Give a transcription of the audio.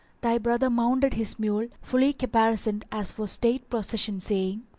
thy brother mounted his mule fully caparisoned as for state procession saying,